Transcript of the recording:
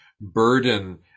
burden